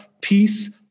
peace